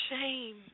shame